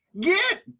Get